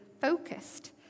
focused